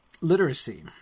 literacy